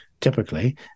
typically